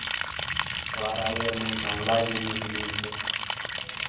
ᱚᱲᱟᱜ ᱨᱮ ᱟᱫᱮᱨ ᱢᱮ ᱡᱷᱟᱢᱮᱞᱟᱭ ᱜᱮᱭᱟ ᱱᱤᱭᱟᱹ ᱠᱚ ᱡᱤᱱᱤᱥ ᱫᱚ